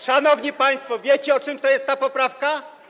Szanowni państwo, wiecie, o czym jest ta poprawka?